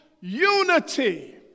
unity